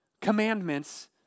commandments